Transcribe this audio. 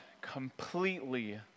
completely